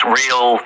real